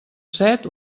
set